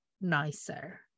nicer